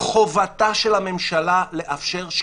חובתה של הממשלה לאפשר שקיפות,